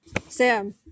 Sam